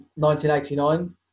1989